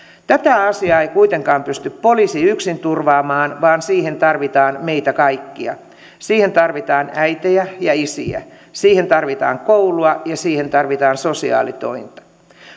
tätä asiaa ei kuitenkaan pysty poliisi yksin turvaamaan vaan siihen tarvitaan meitä kaikkia siihen tarvitaan äitejä ja isiä siihen tarvitaan koulua ja siihen tarvitaan sosiaalitointa